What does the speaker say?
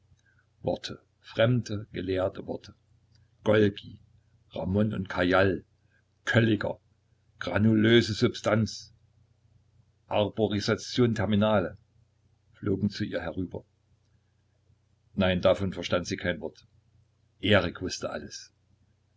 worte fremde gelehrte worte golgi ramn und cajal kölliker granulöse substanz arborisation terminale flogen zu ihr herüber nein davon verstand sie kein wort erik wußte alles